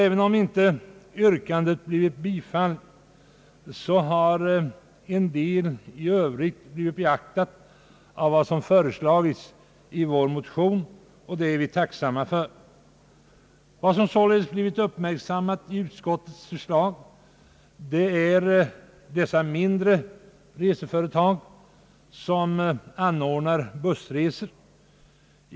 Även om inte vårt yrkande har tillstyrkts har en del av vad som föreslagits i övrigt i motionen blivit beaktat, och det är vi tacksamma för. Vad som således blivit uppmärksammat i utskottets förslag är de mindre reseföretag som anordnar bussresor.